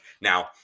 Now